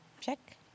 Check